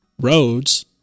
roads